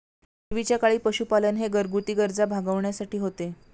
पूर्वीच्या काळी पशुपालन हे घरगुती गरजा भागविण्यासाठी होते